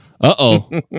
Uh-oh